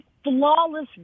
Flawless